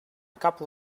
couple